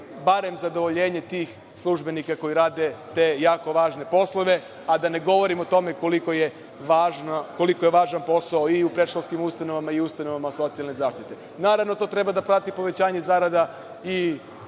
bar zadovoljenje tih službenika koji rade te jako važne poslove, a da ne govorim o tome koliko je važan posao i u predškolskim ustanovama i ustanovama socijalne zaštite. Naravno, to treba da prati povećanje zarada i